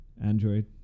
Android